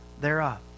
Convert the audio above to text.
thereof